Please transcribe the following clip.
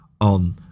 on